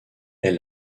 est